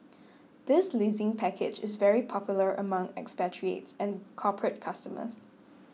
this leasing package is very popular among expatriates and corporate customers